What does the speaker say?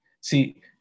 See